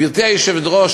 גברתי היושבת-ראש,